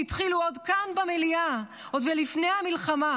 שהתחילו עוד כאן במליאה עוד לפני המלחמה